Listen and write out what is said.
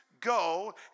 Go